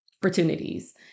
opportunities